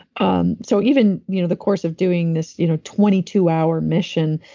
um so, even you know the course of doing this you know twenty two hour mission,